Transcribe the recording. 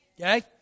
Okay